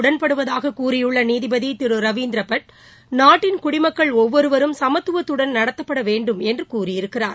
உடன்படுவதாககூறியுள்ளநீதிபதிதிருரவீந்திரபட் பொதுவானதீர்ப்புடன் நாட்டின் குடிமக்கள் ஒவ்வொருவரும் சமத்துவத்துடன் நடத்தப்படவேண்டும் என்றுகூறியிருக்கிறார்